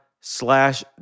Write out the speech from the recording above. slash